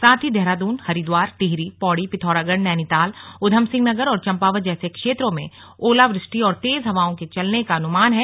साथ ही देहराद्रन हरिद्वार टिहरी पौडी पिथौरागढ़ नैनीताल उधमसिंहनगर और चम्पावत जैसे क्षेत्रों में ओलावृष्टि और तेज हवाओं के चलने का अनुमान है